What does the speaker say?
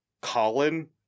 colin